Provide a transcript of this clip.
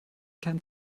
kein